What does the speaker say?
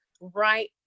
right